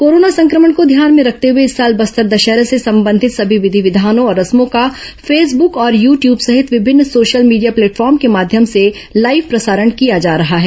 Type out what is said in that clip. corona संक्रमण को ध्यान में रखते हुए इस साल बस्तर दशहरे से संबंधित समी विधि विघानों और रस्मो का फेसबुक और यू ट्यूब सहित विभिन्न सोशल मीडिया प्लेटफॉर्म के माध्यम से लाइव प्रसारण किया जा रहा है